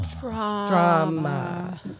Drama